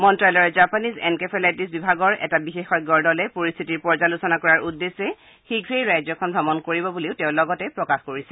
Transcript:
মন্তালয়ৰ Japanese encephalitis বিভাগৰ এটা বিশেষজ্ঞৰ দলে পৰিশ্বিতিৰ পৰ্যালোচনা কৰাৰ উদ্দেশ্যে শীঘ্ৰেই ৰাজ্যখন ভ্ৰমণ কৰিব বুলিও তেওঁ লগতে প্ৰকাশ কৰিছে